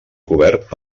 cobert